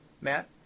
Matt